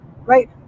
Right